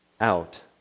out